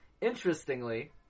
Interestingly